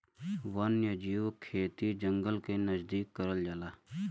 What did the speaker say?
वन्यजीव खेती जंगल के नजदीक करल जाला